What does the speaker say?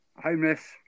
homeless